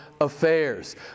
affairs